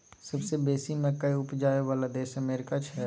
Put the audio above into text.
सबसे बेसी मकइ उपजाबइ बला देश अमेरिका छै